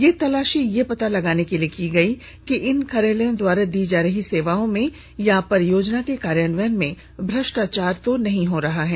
ये तलाशी यह पता लगाने के लिए की गई कि इन कार्यालयों द्वारा दी जा रही सेवाओं में अथवा परियोजना के कार्यान्वयन में भ्रष्टाचार तो नहीं हो रहा है